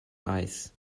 eyes